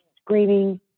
screaming